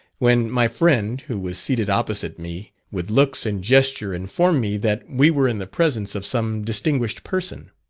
when my friend, who was seated opposite me, with looks and gesture informed me that we were in the presence of some distinguished person.